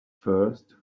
first